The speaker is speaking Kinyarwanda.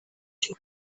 cyo